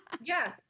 Yes